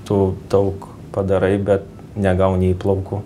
tu daug padarai bet negauni įplaukų